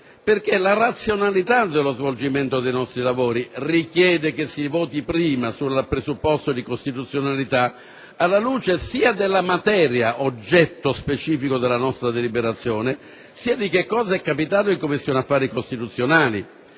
è che la razionalità dello svolgimento dei nostri lavori richiede che si voti prima sul presupposto di costituzionalità, alla luce sia della materia oggetto specifico della nostra deliberazione sia di quanto è accaduto in Commissione affari costituzionali.